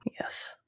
Yes